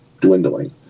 dwindling